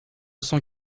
cent